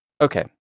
okay